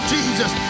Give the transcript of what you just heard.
Jesus